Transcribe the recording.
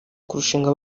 kurushinga